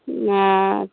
नहि